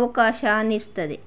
ಅವಕಾಶ ಅನ್ನಿಸ್ತದೆ